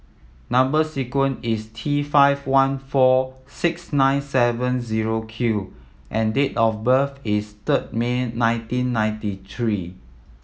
number sequence is T five one four six nine seven zero Q and date of birth is third May nineteen ninety three